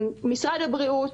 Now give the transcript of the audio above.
משרד הבריאות,